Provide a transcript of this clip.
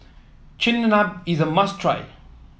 Chigenabe is a must try